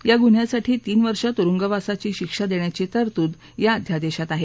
या गुन्ह्यासाठी तीन वर्षे तुरुंगवासाची शिक्षा देण्याची तस्तूद या अध्यादेशात आहे